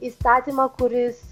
įstatymą kuris